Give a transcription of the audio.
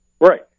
Right